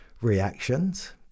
reactions